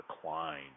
decline